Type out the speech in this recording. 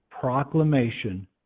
proclamation